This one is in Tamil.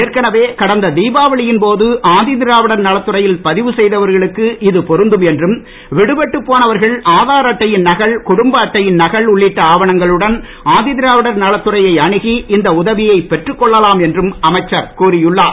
ஏற்கனவே கடந்த தீபாவளியின் போது ஆதிதிராவிடர் நலத்துறையில் பதிவு செய்தவர்களுக்கு இது பொருந்தும் என்றும் விடுபட்டுப் போனவர்கள் ஆதார் அட்டையின் நகல் குடும்ப அட்டையின் நகல் உள்ளிட்ட ஆவணங்களுடன் ஆதிதிராவிடர் நலத்துறையை அணுகி இந்த உதவியைப் பெற்றுக் கொள்ளலாம் என்றும் அமைச்சர் கூறியுள்ளார்